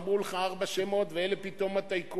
אמרו לך ארבעה שמות, ואלה פתאום הטייקונים.